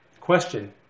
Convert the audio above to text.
Question